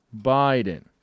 Biden